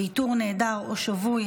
ואיתור נעדר או שבוי,